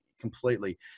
completely